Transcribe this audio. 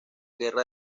guerra